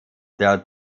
der